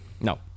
No